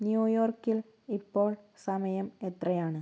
ന്യൂയോർക്കിൽ ഇപ്പോൾ സമയം എത്രയാണ്